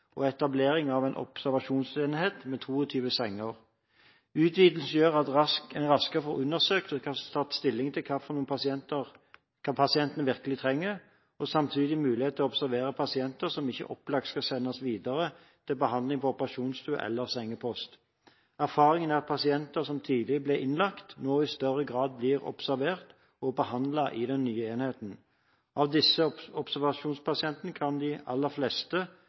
og etablering av en observasjonsenhet med 22 senger. Utvidelsen gjør at en raskere får undersøkt og tatt stilling til hva pasientene virkelig trenger, og samtidig får mulighet til å observere pasienter som det ikke er opplagt skal sendes videre til behandling på operasjonsstue eller sengepost. Erfaringen er at pasienter som tidligere ble innlagt, nå i større grad blir observert og behandlet i den nye enheten. Av disse observasjonspasientene kan de aller fleste